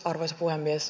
arvoisa puhemies